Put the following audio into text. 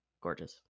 Gorgeous